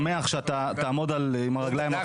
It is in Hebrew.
אני שמח שאתה תעמוד עם הרגליים האחרונות במקרה הזה.